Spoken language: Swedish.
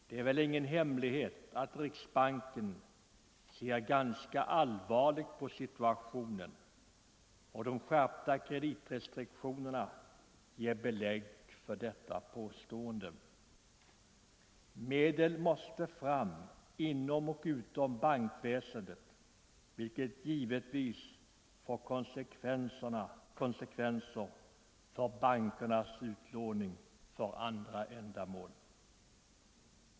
Det är väl ingen hemlighet att riksbanken ser ganska allvarligt på situationen, och de skärpta kreditrestriktionerna ger belägg för detta påstående. Medel måste fram inom eller utom bankväsendet, vilket givetvis får konsekvenser för bankernas utlåning för andra ändamål.